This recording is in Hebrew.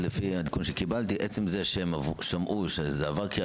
אחרי שהם שמעו שהמקצוע הזה עבר קריאה